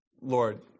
Lord